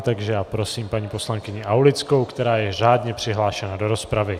Takže já prosím paní poslankyni Aulickou, která je řádně přihlášena do rozpravy.